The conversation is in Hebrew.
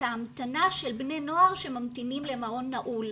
ההמתנה של בני נוער שממתינים למעון נעול,